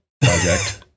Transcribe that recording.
project